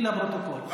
אותי לפרוטוקול.